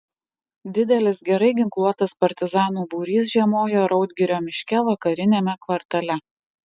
didelis gerai ginkluotas partizanų būrys žiemojo raudgirio miške vakariniame kvartale